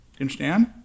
Understand